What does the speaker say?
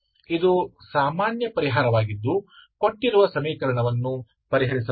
ಆದ್ದರಿಂದ ಇದು ಸಾಮಾನ್ಯ ಪರಿಹಾರವಾಗಿದ್ದು ಕೊಟ್ಟಿರುವ ಸಮೀಕರಣವನ್ನು ಪರಿಹರಿಸಬಹುದು